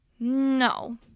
no